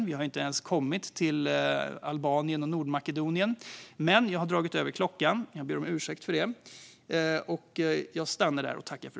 Jag har inte ens kommit till Albanien och Nordmakedonien. Men jag har dragit över tiden. Jag ber om ursäkt för det och stannar där.